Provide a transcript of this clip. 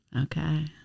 Okay